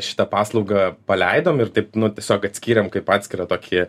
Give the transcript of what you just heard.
šitą paslaugą paleidom ir taip nu tiesiog atskyrėm kaip atskirą tokį